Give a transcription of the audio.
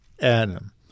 Adam